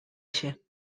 ése